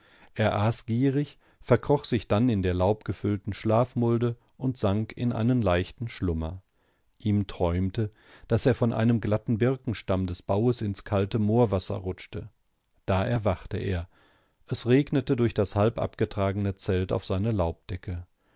er aß gierig verkroch sich dann in der laubgefüllten schlafmulde und sank in einen leichten schlummer ihm träumte daß er von einem glatten birkenstamm des baues ins kalte moorwasser rutschte da erwachte er es regnete durch das halb abgetragene zelt auf seine